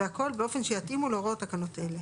והכול באופן שיתאימו להוראות תקנות אלה.